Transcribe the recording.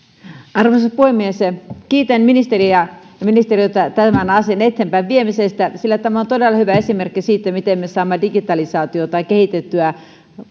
arvoisa puhemies kiitän ministeriä ja ministeriötä tämän asian eteenpäinviemisestä sillä tämä on todella hyvä esimerkki siitä miten me saamme digitalisaatiota kehitettyä